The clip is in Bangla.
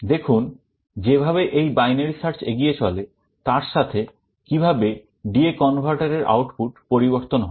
দেখুন যেভাবে এই binary search এগিয়ে চলে তার সাথে কিভাবে DA converter এর আউটপুট পরিবর্তন হয়